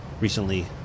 recently